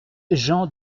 jean